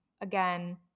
again